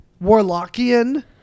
warlockian